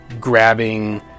grabbing